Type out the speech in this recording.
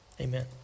Amen